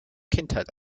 kindheit